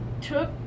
took